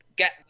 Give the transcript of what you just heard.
Get